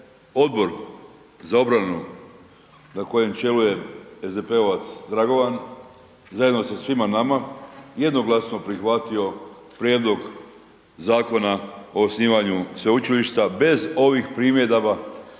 Odbor za obranu na kojem čelu je SDP-ovac Dragovan, zajedno sa svima nama, jednoglasno prihvatio prijedlog Zakona o osnivanju sveučilišta bez ovih primjedaba